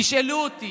תשאלו אותי,